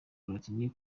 platini